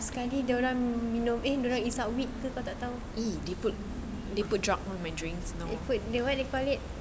sekali dia orang minum eh hisap weed kau tahu they put what they called it